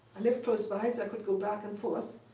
i lived close by, so i could go back and forth.